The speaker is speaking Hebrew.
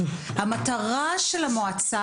המטרה של המועצה,